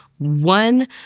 one